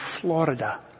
Florida